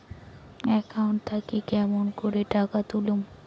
Account থাকি কেমন করি টাকা তুলিম?